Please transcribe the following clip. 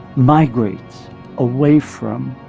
migrates away from